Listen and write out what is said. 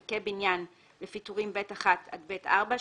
חלקי בניין לפי טורים ב1 עד ב4,